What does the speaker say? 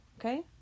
okay